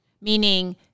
meaning